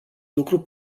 lucru